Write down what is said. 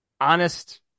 honest